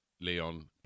Leon